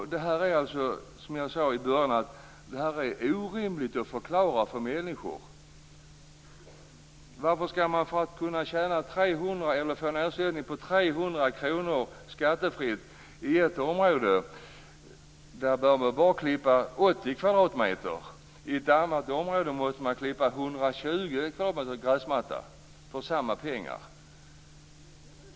Det här är, som jag sade i början, omöjligt att förklara för människor. Varför skall man för att få en ersättning på 300 kr skattefritt i ett område behöva klippa bara 80 m2 gräsmatta, medan man i ett annat område måste klippa 120 m2 för samma pengar?